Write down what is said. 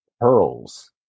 pearls